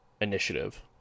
initiative